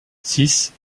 six